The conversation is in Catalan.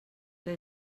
que